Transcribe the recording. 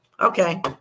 okay